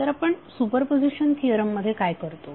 तर आपण superposition theorem मध्ये काय करतो